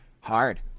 hard